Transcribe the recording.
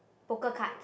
poker card